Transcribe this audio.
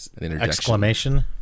Exclamation